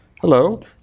Hello